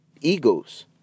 egos